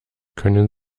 können